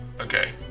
Okay